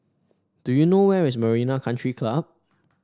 do you know where is Marina Country Club